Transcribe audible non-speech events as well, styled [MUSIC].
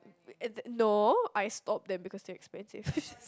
and the no I stopped them because they're expensive [LAUGHS]